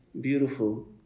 beautiful